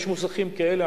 יש מוסכים כאלה,